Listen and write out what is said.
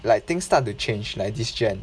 like things start to change like this gen